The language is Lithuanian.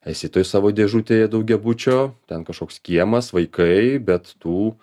esi toj savo dėžutėje daugiabučio ten kažkoks kiemas vaikai bet tų